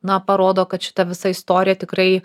na parodo kad šita visa istorija tikrai